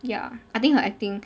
ya I think her acting